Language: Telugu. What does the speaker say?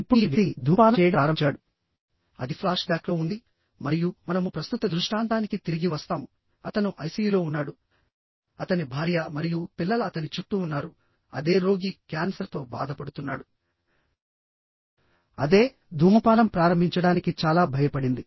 ఇప్పుడు ఈ వ్యక్తి ధూమపానం చేయడం ప్రారంభించాడుఅది ఫ్లాష్బ్యాక్లో ఉంది మరియు మనము ప్రస్తుత దృష్టాంతానికి తిరిగి వస్తాము అతను ఐసియులో ఉన్నాడు అతని భార్య మరియు పిల్లల అతని చుట్టూవున్నారు అదే రోగి క్యాన్సర్తో బాధపడుతున్నాడు అదే ధూమపానం ప్రారంభించడానికి చాలా భయపడింది